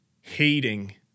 hating